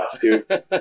dude